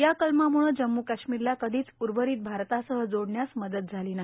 या कलमाम्ळं जम्मू काश्मीरला कधिच उर्वरित भारताला जोडण्यास मदत झाली नाही